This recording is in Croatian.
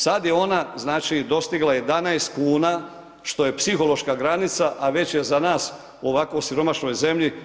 Sad je ona znači dostigla 11 kuna što je psihološka granica a već je za nas u ovako siromašnoj zemlji